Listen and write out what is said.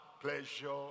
pleasure